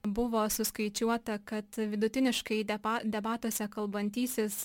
buvo suskaičiuota kad vidutiniškai depa debatuose kalbantysis